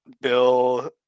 Bill